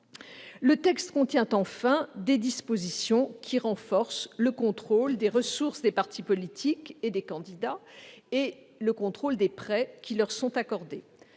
Le texte contient, enfin, des dispositions renforçant le contrôle des ressources des partis politiques et des candidats, ainsi que celui des prêts qui leur sont accordés.